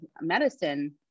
medicine